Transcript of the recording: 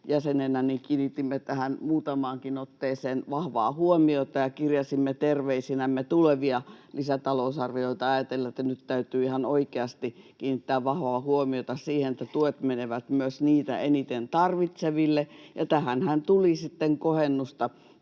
jäsenenä, kiinnitimme tähän muutamaankin otteeseen vahvaa huomiota ja kirjasimme terveisinämme tulevia lisätalousarvioita ajatellen, että nyt täytyy ihan oikeasti kiinnittää vahvaa huomiota siihen, että tuet menevät myös niitä eniten tarvitseville, ja tähänhän tuli sitten kohennusta